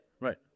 Right